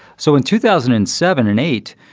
so in two thousand and seven and eight,